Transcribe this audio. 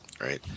right